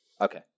Okay